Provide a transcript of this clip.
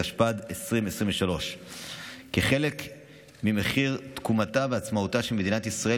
התשפ"ד 2023. כחלק ממחיר תקומתה ועצמאותה של מדינת ישראל